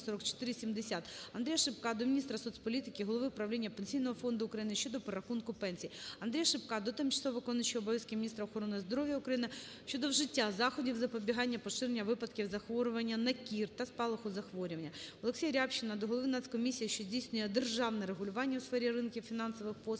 АндріяШипка до міністра соцполітики, голови правління Пенсійного фонду України щодо перерахунку пенсій. АндріяШипка до тимчасово виконуючої обов'язки міністра охорони здоров'я України щодо вжиття заходів запобігання поширення випадків захворювання на кір та спалаху захворювання. ОлексіяРябчина до Голови Національної комісії, що здійснює державне регулювання у сфері ринків фінансових послуг